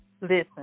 Listen